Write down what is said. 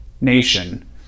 nation